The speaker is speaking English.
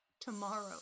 tomorrow